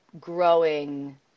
growing